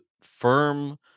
firm